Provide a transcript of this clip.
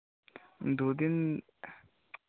দু দিন